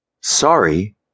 Sorry